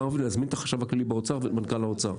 ולהזמין את החשב הכללי באוצר ואת מנכ"ל האוצר,